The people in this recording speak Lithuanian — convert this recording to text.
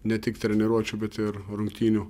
ne tik treniruočių bet ir rungtynių